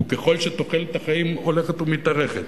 וככל שתוחלת החיים הולכת ומתארכת,